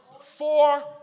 Four